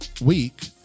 week